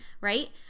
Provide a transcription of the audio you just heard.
right